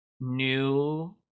new